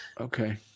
Okay